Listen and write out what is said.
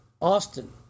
Austin